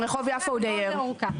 גם רחוב יפו הוא די ער.